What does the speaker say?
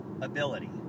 ability